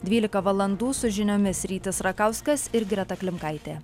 dvylika valandų su žiniomis rytis rakauskas ir greta klimkaitė